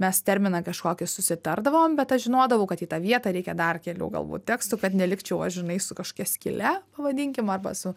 mes terminą kažkokį susitardavom bet aš žinodavau kad į tą vietą reikia dar kelių galbūt tekstų kad nelikčiau aš žinai su kokia skyle pavadinkim arba su